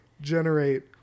generate